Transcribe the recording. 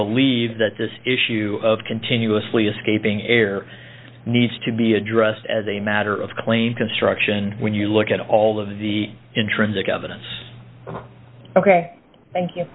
believe that this issue of continuously escaping air needs to be addressed as a matter of claim construction when you look at all of the intrinsic evidence o